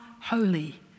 holy